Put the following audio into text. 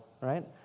right